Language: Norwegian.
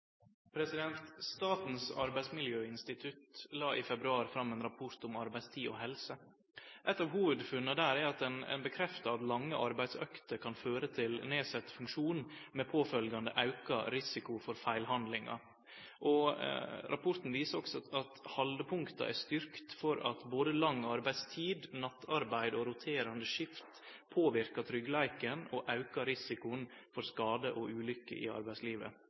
Statens arbeidsmiljøinstitutt la i februar fram ein rapport om arbeidstid og helse. Eit av hovudfunna der er at ein bekrefter at lange arbeidsøkter kan føre til nedsett funksjon, med påfølgjande auka risiko for feilhandlingar. Rapporten viser også at haldepunkta er styrkte for at både lang arbeidstid, nattarbeid og roterande skift påverkar tryggleiken og aukar risikoen for skadar og ulukker i arbeidslivet.